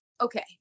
okay